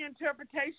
interpretation